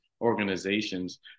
organizations